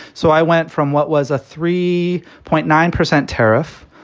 so i went from what was a three point nine percent tariff.